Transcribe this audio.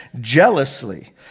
jealously